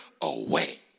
away